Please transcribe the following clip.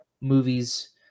movies